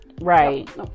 Right